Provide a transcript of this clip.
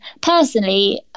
personally